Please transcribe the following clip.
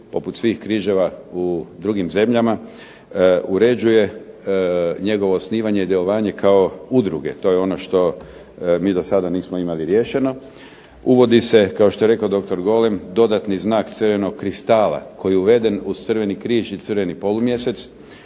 poput svih križeva u drugim zemljama uređuje njegovo osnivanje i djelovanje kao udruge, to je ono što mi do sada nismo imali riješeno. Uvodi se kao što je rekao dr. Golem dodatni znak crvenog kristala koji je uveden uz crveni križ i crveni polumjesec